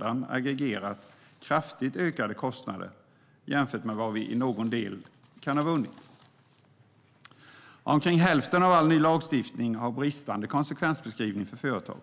att aggregera kraftigt ökade kostnader jämfört med vad vi i någon del kan ha vunnit. Omkring hälften av all ny lagstiftning har bristande konsekvensbeskrivning för företag.